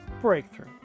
breakthrough